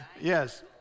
Yes